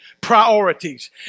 priorities